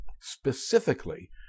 specifically